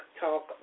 Talk